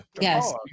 Yes